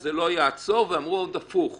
שזה לא יעצור ואמרו עוד הפוך מזה.